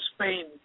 Spain